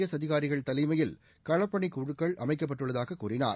S அதிகாரிகள் தலைமையில் களப்பணி குழுக்கள் அமைக்கப்பட்டுள்ளதாக கூறினார்